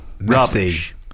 rubbish